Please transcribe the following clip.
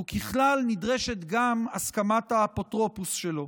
וככלל נדרשת גם הסכמת האפוטרופוס שלו.